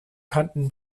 kanten